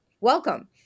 Welcome